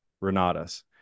Renatus